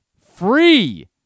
free